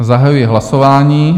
Zahajuji hlasování.